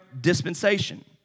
dispensation